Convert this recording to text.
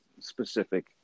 specific